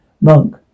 Monk